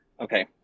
okay